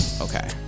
Okay